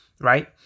right